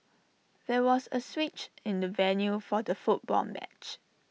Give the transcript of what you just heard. there was A switch in the venue for the football match